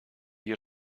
die